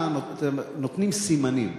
נותנים סימנים,